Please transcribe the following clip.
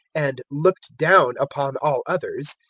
and looked down upon all others,